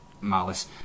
malice